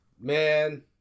man